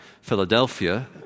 Philadelphia